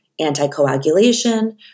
anticoagulation